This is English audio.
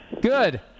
Good